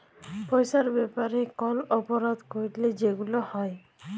পইসার ব্যাপারে কল অপরাধ ক্যইরলে যেগুলা হ্যয়